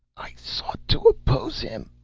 i sought to oppose him,